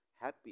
happy